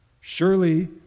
Surely